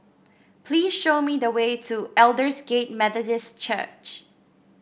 please show me the way to Aldersgate Methodist Church